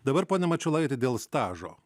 dabar pone mačiulaiti dėl stažo